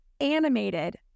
animated